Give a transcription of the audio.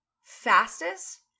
fastest